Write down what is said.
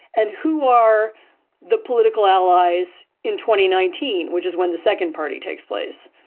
and who are the political allies in twenty nineteen, which is when the second party takes place.